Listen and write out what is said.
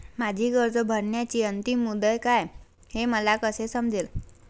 माझी कर्ज भरण्याची अंतिम मुदत काय, हे मला कसे समजेल?